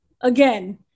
again